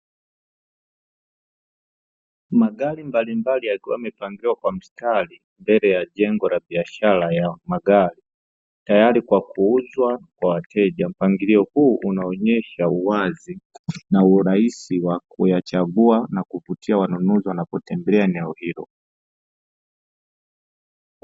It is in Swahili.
Magari mbalimbali yakiwa yamepangiwa kwa mstari mbele ya jengo la biashara ya magari tayari kwa kuuzwa kwa wateja, mpangilio huu unaonyesha wazi na urahisi wa kuyachagua na kuvutia wanunuzi wanapotembelea eneo hilo.